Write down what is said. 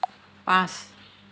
পাঁচ